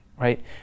right